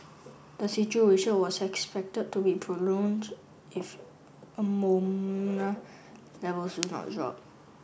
the situation was expected to be prolonged if ammonia levels do not drop